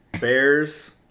Bears